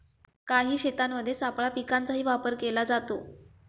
काही शेतांमध्ये सापळा पिकांचाही वापर केला जातो